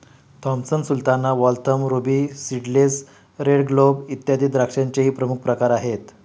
Thompson sultana, Waltham, ruby seedless, red globe, इत्यादी द्राक्षांचेही प्रमुख प्रकार आहेत